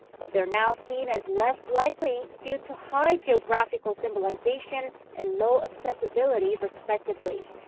but they're now seen as less likely. due to high geographical symbolization and low accessibility, respectively.